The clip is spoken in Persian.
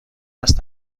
است